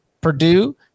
Purdue